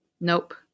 Nope